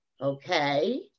okay